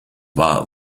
war